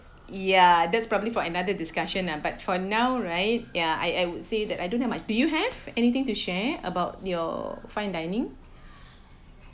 yeah that's probably for another discussion nah but for now right ya I I would say that I don't have much do you have anything to share about your fine dining